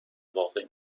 واقع